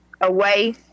away